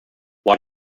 why